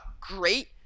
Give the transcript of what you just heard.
great